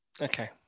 Okay